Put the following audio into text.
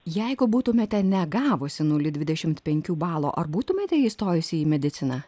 jeigu būtumėte negavusi nulį dvidešimt penkių balo ar būtumėte įstojusi į mediciną